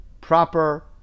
proper